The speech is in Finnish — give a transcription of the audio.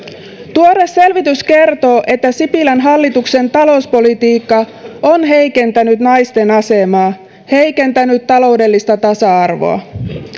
tuore selvitys kertoo että sipilän hallituksen talouspolitiikka on heikentänyt naisten asemaa heikentänyt taloudellista tasa arvoa